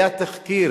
היה תחקיר